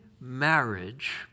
marriage